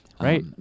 Right